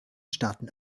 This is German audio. staaten